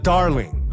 Darling